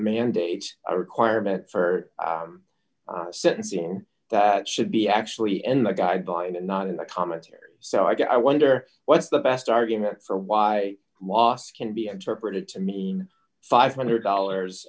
mandate a requirement for sentencing that should be actually in the guy bill and not in the commentary so i guess i wonder what's the best argument for why loss can be interpreted to mean five hundred dollars